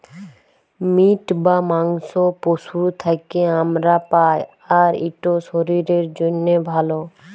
meet বা মাংস পশুর থ্যাকে আমরা পাই, আর ইট শরীরের জ্যনহে ভাল